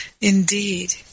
Indeed